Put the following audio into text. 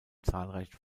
zahlreichen